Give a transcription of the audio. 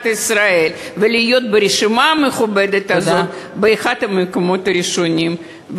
ישראל ולהיות ברשימה המכובדת הזאת באחד המקומות הראשונים.